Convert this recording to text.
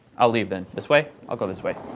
i'll leave then. this way? i'll go this way.